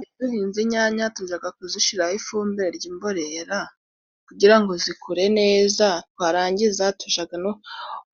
Iyo duhinze inyanya tujaga kuzishiraho ifumbire ry'imborera, kugira ngo zikure neza, twarangiza tujaga no